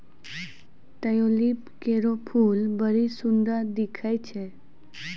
tulip केरो फूल बड्डी सुंदर दिखै छै